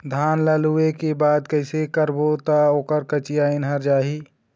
धान ला लुए के बाद कइसे करबो त ओकर कंचीयायिन हर जाही?